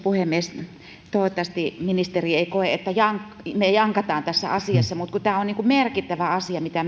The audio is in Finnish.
puhemies toivottavasti ministeri ei koe että me jankkaamme tässä asiassa mutta kun tämä on merkittävä asia mitä